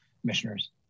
commissioners